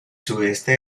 sudeste